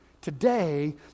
Today